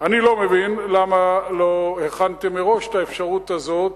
אני לא מבין למה לא הכנתם מראש את האפשרות הזאת,